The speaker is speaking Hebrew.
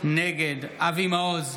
אבי מעוז,